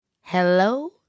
Hello